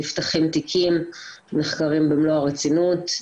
הם נחקרים במלוא הרצינות,